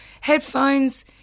headphones